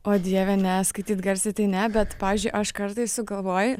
o dieve ne skaityt garsiai tai ne bet pavyzdžiui aš kartais sugalvoju